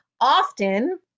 often